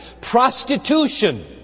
prostitution